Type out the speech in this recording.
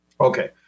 Okay